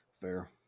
Fair